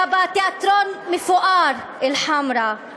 היה בה תיאטרון מפואר, "אל-חמרא";